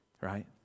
right